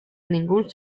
ningún